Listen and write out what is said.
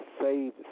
save